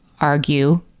argue